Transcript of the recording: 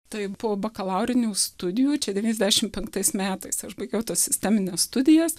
tai po bakalaurinių studijų čia devyniasdešim penktais metais aš baigiau tas sistemines studijas